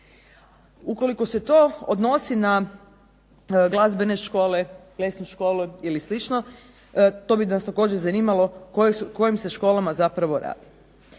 Ukoliko se to odnosi na glazbene škole, plesne škole i tome slično, to bi nas zanimalo o kojim se školama zapravo radi.